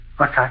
Okay